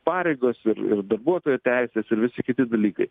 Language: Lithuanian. pareigos ir ir darbuotojų teisės ir visi kiti dalykai